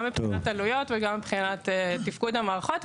גם מבחינת עלויות וגם מבחינת תפקוד המערכות.